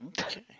Okay